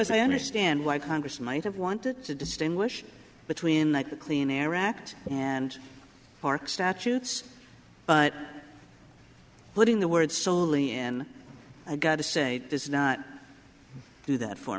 was i understand why congress might have wanted to distinguish between the clean air act and park statutes but putting the word solely in i got to say this is not do that for